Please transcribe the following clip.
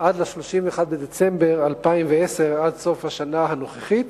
עד ל-31 בדצמבר 2010, עד סוף השנה הנוכחית,